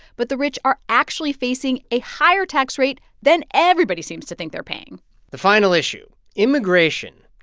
but the rich are actually facing a higher tax rate than everybody seems to think they're paying the final issue immigration.